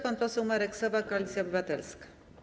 Pan poseł Marek Sowa, Koalicja Obywatelska.